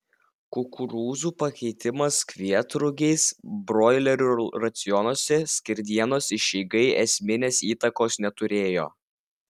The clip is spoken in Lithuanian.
kukurūzų pakeitimas kvietrugiais broilerių racionuose skerdienos išeigai esminės įtakos neturėjo